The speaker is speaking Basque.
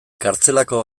kartzelako